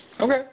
Okay